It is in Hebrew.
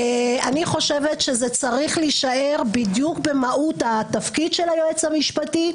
אני חושבת שזה צריך להישאר במהות התפקיד של היועץ המשפטי,